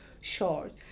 short